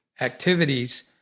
activities